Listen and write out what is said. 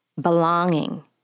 belonging